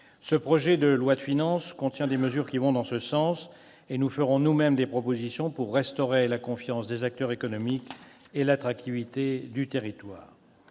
Ce projet de loi de finances contient des mesures qui vont dans ce sens, et nous ferons nous-mêmes des propositions pour restaurer la confiance des acteurs économiques et l'attractivité du territoire.